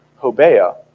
Hobeah